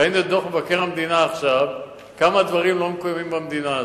ראינו עכשיו את דוח מבקר המדינה וכמה דברים לא מקוימים במדינה הזאת,